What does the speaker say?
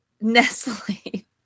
Nestle